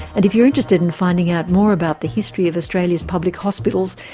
and if you're interested in finding out more about the history of australia's public hospitals,